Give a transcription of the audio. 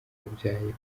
yabyaye